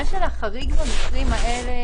החריג במקרים האלה,